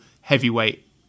heavyweight